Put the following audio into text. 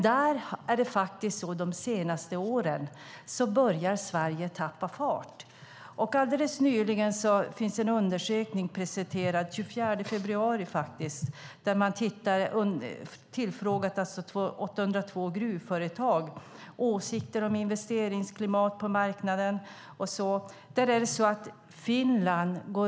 De senaste åren har dock Sverige börjat tappa fart. Alldeles nyligen, den 24 februari, presenterades en undersökning där man har frågat 802 gruvföretag om deras åsikter om investeringsklimat på marknaden och så vidare. Där går Finland om.